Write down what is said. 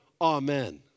Amen